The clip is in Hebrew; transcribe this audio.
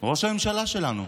הוא ראש הממשלה שלנו,